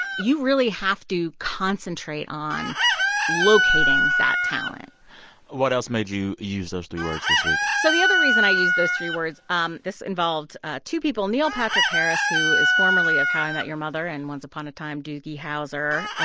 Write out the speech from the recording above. you really have to concentrate on locating that talent what else made you use those three words this week? so the other reason i use those three words um this involved two people neil patrick harris, who is formerly of how i met your mother and, once upon a time, doogie howser.